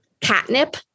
catnip